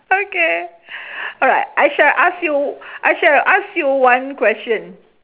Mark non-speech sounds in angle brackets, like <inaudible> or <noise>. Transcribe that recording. okay <breath> alright I shall ask you I shall ask you one question